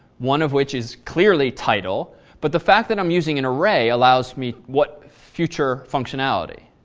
one of which is clearly title but the fact that i'm using an array allows me what future functionality?